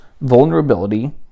vulnerability